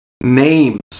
names